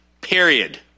period